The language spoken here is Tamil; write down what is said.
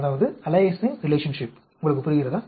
உங்களுக்குப் புரிகிறதா